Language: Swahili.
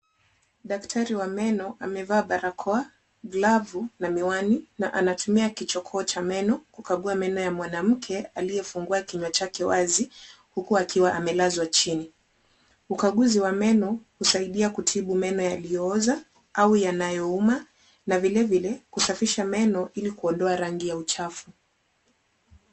Daktari wa meno amevaa barakoa, glavu na miwani na anatumia kichokonoo cha meno kukagua meno ya mwanamke aliyefungua kinywa chake wazi huku akiwa amelazwa chini. Ukaguzi wa meno husaidia kutibu meno yaliyooza au yanayouma na vilevile kusafisha meno ili kuondoa rangi ya uchafu.